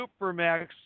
Supermax